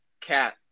cat